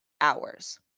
hours